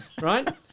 right